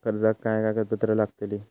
कर्जाक काय कागदपत्र लागतली?